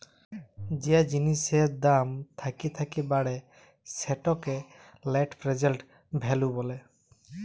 যে জিলিসের দাম থ্যাকে থ্যাকে বাড়ে সেটকে লেট্ পেরজেল্ট ভ্যালু ব্যলে